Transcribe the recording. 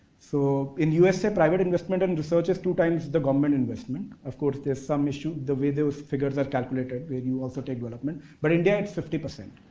so, in usa, private investment and research is two times the government investment. of course, there is some issue the way those figures are calculated when you also take development. but india its fifty percent.